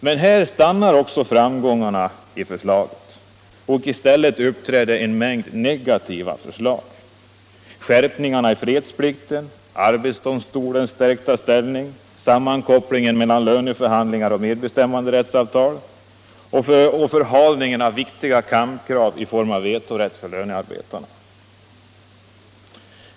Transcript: Men med detta stannar också framgångarna i förslaget, och i stället uppträder en mängd negativa inslag: skärpningarna i fredsplikten, arbetsdomstolens stärkta ställning, sammankopplingen mellan löneförhandlingar och medbestämmanderättsavtal och förhalningen av viktiga kampkrav i form av vetorätt för lönarbetarna.